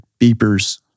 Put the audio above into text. beepers